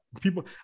People